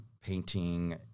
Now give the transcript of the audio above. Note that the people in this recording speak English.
painting